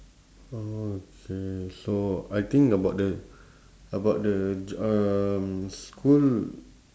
okay so I think about the about the j~ um school